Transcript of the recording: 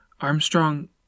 Armstrong